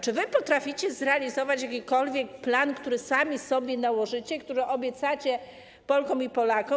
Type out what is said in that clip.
Czy wy potraficie zrealizować jakikolwiek plan, który sami sobie nałożycie, który obiecacie Polkom i Polakom?